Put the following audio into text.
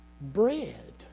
bread